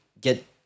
get